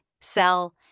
sell